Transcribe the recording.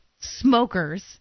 smokers